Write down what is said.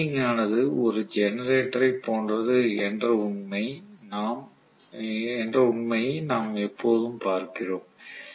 winding ஆனது ஒரு generator போன்றது என்ற உண்மையை நாம் எப்போதும் பார்க்கிறோம்